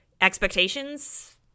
expectations